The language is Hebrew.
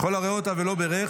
וכל הרואה אותה ולא בירך,